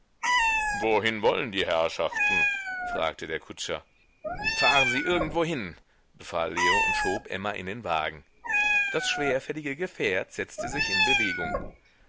wohin wollen die herrschaften fragte der kutscher fahren sie irgendwohin befahl leo und schob emma in den wagen das schwerfällige gefährt setzte sich in bewegung